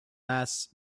mass